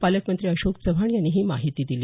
पालकमंत्री अशोक चव्हाण यांनी ही माहिती दिली